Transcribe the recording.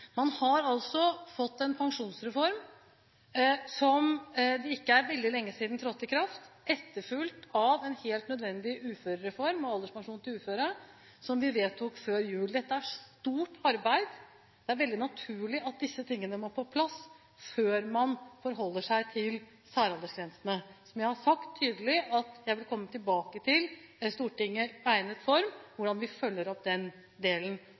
Man har altså fått en pensjonsreform som trådte i kraft for ikke veldig lenge siden, etterfulgt av en helt nødvendig uførereform og alderspensjon til uføre som vi vedtok før jul. Dette er et stort arbeid. Det er veldig naturlig at disse tingene må på plass før man forholder seg til særaldersgrensene, som jeg tydelig har sagt at jeg vil komme tilbake til i Stortinget, i egnet form – hvordan vi følger opp den delen.